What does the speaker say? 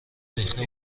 ریخته